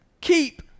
keep